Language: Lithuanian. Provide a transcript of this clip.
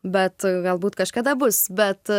bet galbūt kažkada bus bet